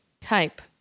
type